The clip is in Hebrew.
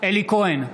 אלי כהן,